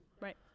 Right